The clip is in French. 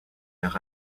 leur